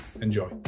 Enjoy